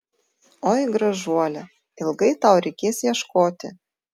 oi gražuole ilgai tau reikės ieškoti